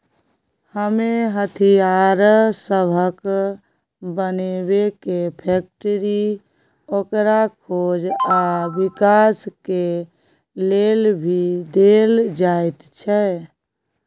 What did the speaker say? इमे हथियार सबहक बनेबे के फैक्टरी, ओकर खोज आ विकास के लेल भी देल जाइत छै